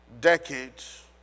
decades